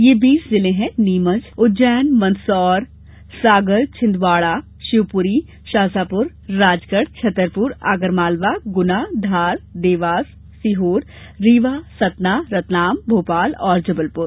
ये बीस जिले हैं नीमच रतलाम उज्जैन मन्दसौर इन्दौर सागर छिन्दवाड़ा शिवपुरी शाजापुर राजगढ़ छतरपुर आगर मालवा गुना धार देवास सीहोर रीवा सतना भोपाल और जबलपुर